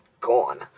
gone